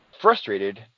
frustrated